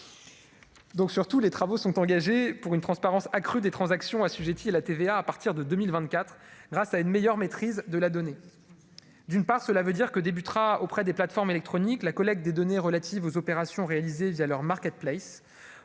Donc, surtout, les travaux sont engagés pour une transparence accrue des transactions assujettis à la TVA à partir de 2024 grâce à une meilleure maîtrise de la donner, d'une part, cela veut dire que débutera auprès des plateformes électroniques, la collecte des données relatives aux opérations réalisées via leur MarketPlace,